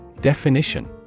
Definition